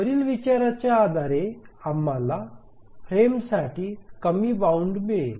वरील विचाराच्या आधारे आम्हाला फ्रेमसाठी कमी बाउंड मिळेल